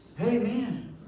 Amen